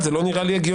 זה לא נראה לי הגיוני.